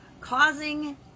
causing